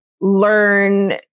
learn